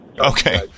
Okay